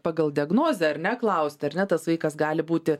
pagal diagnozę ar ne klausti ar ne tas vaikas gali būti